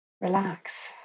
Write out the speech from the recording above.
Relax